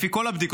לפי כל הבדיקות,